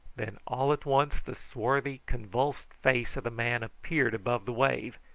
then all at once the swarthy, convulsed face of the man appeared above the wave,